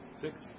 Six